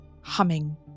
humming